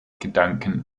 gedanken